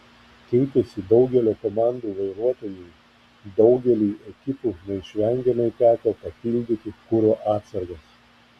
keitėsi daugelio komandų vairuotojai daugeliui ekipų neišvengiamai teko papildyti kuro atsargas